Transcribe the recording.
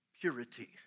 Purity